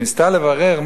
היא ניסתה לברר,